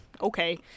okay